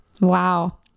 Wow